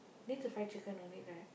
need the fried chicken don't need right